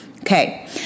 Okay